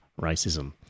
racism